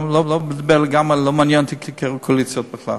לא מעניין אותי כרגע קואליציה בכלל.